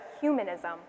humanism